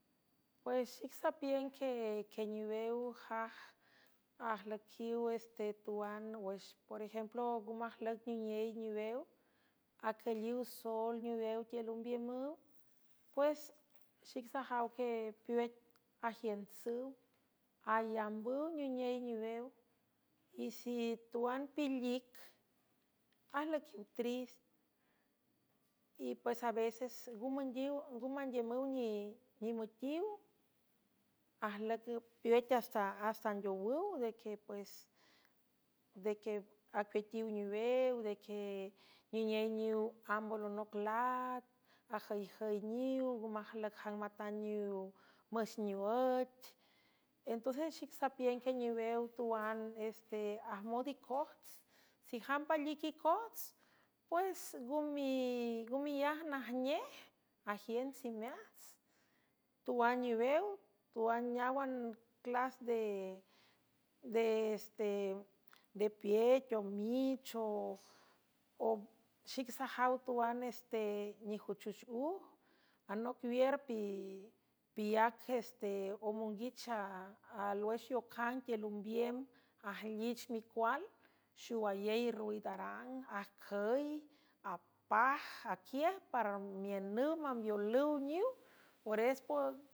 Pues xic sapiün que queniwewjaj ajlüquiw estetuan wx por ejemplo ngu majlüc nuney niwew acülliw soel niwew tiel ombiümüw pues xic sajaw que peue ajiünsüw alambüw niney niwew y si tuan pilic ajlüquiw trist y pues a veces nnga mandiümüw nimüetiw peuet asta asta andeowüw deeues de que acueatiw niwew de que nuney niw amb olonoc lat ajüijüyniw nga majlüc jang matang niw müx niwüet entonces xic sapiün que niwew tuan este ajmond icorts sijam pallic icots pues ga melaj najnej ajients imeats tuan niwew tuan neáwan clas deste de piet omicho xic sajaw tuan este nejuchuxh uj anoc wierpi piaceste omonguicha alwex yocang tiel ombiem ajlich micual xowalel rwidarang ajcüy apaj aquiej para miünüw mambiolüw niw peres pes.